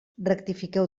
rectifiqueu